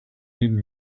need